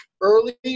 early